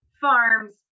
farms